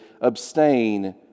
abstain